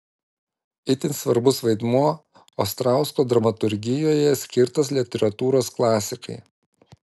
itin svarbus vaidmuo ostrausko dramaturgijoje skirtas literatūros klasikai